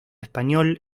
español